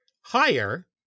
higher